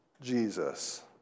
Jesus